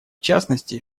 частности